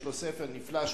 יש לו ספר נפלא,